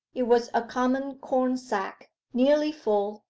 it was a common corn-sack, nearly full,